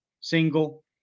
single